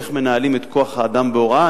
איך מנהלים את כוח-האדם בהוראה.